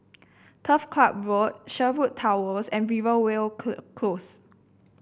Turf Club Road Sherwood Towers and Rivervale Close